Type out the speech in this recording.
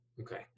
Okay